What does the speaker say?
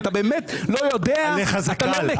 כי אתה באמת לא יודע --- עליך זה קל.